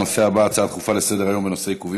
נעבור להצעות לסדר-היום בנושא: עיכובים